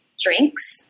drinks